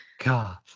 God